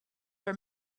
are